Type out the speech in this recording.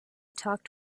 talked